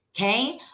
Okay